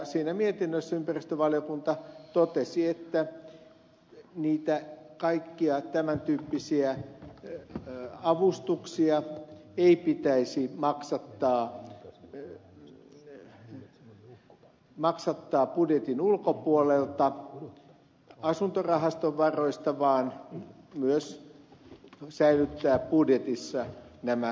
siinä mietinnössä ympäristövaliokunta totesi että kaikkia tämän tyyppisiä avustuksia ei pitäisi maksattaa budjetin ulkopuolelta asuntorahaston varoista vaan pitäisi myös säilyttää budjetissa nämä momentit